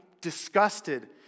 disgusted